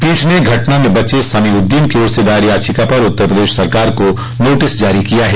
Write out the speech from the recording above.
पीठ ने घटना में बचे समीउद्दीन की ओर से दायर याचिका पर उत्तर प्रदेश सरकार को नोटिस जारी किया है